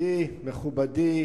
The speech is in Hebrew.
ידידי מכובדי,